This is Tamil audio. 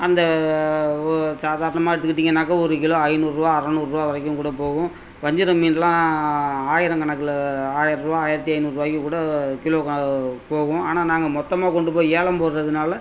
அந்த ஒ சாதாரணமாக எடுத்துக்கிட்டிங்கன்னாக்கா ஒரு கிலோ ஐந்நூறுரூவா அறநூறுரூவா வரைக்கும் கூட போகும் வஞ்சிரம் மீன்லாம் ஆயிரம் கணக்கில் ஆயிர்ரூவா ஆயிரத்து ஐந்நூறுவாய்க்கு கூட கிலோ போகும் ஆனால் நாங்கள் மொத்தமாக கொண்டுப்போய் ஏலம் போடுறதுனால